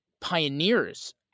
pioneers